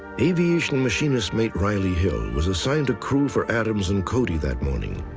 aviation machinist mick riley hill was assigned to crew for adams and cody that morning.